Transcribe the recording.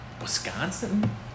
Wisconsin